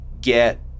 get